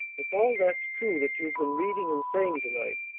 if all that's true that you've been reading and saying to-night,